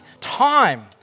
Time